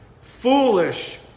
foolish